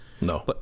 No